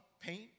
paint